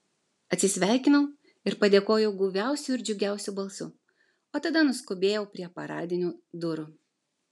atsisveikinau ir padėkojau guviausiu ir džiugiausiu balsu o tada nuskubėjau prie paradinių durų